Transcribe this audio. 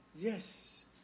Yes